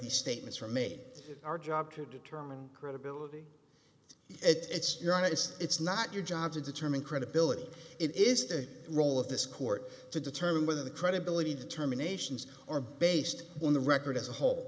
these statements are made our job to determine credibility it's your honest it's not your job to determine credibility it is the role of this court to determine whether the credibility of the terminations are based on the record as a whole